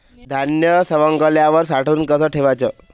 धान्य सवंगल्यावर साठवून कस ठेवाच?